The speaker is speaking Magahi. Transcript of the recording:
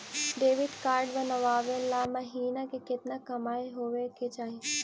क्रेडिट कार्ड बनबाबे ल महीना के केतना कमाइ होबे के चाही?